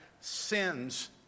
sins